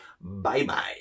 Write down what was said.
Bye-bye